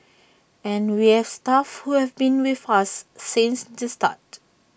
and we have staff who have been with us since the start